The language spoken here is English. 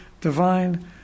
divine